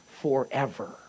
forever